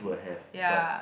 ya